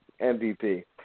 MVP